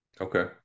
Okay